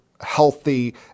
healthy